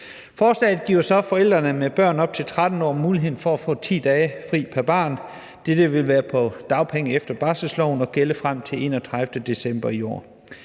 Forslaget giver forældre med børn op til 13 år mulighed for at få 10 dage fri pr. barn. Dette vil være på dagpenge efter barselsloven og gælde frem til den 31. december i år.